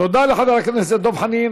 תודה לחבר הכנסת דב חנין.